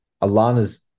Alana's